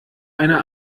einer